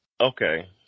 okay